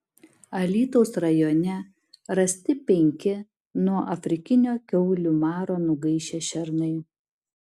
alytaus rajone rasti penki nuo afrikinio kiaulių maro nugaišę šernai